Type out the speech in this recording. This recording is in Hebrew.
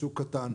שוק קטן.